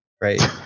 right